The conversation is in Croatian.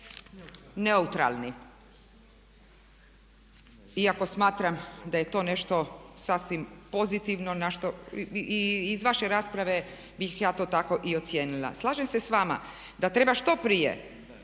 neutralni“ iako smatram da je to nešto sasvim pozitivno i iz vaše rasprave bih ja to tako i ocijenila. Slažem se s vama da treba što prije